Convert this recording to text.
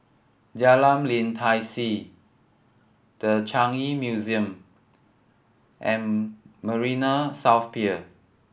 Jalan Lim Tai See The Changi Museum and Marina South Pier